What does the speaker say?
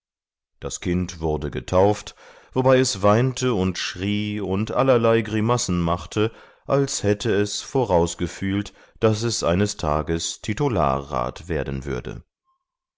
das kind wurde getauft wobei es weinte und schrie und allerlei grimassen machte als hätte es vorausgefühlt daß es eines tages titularrat werden würde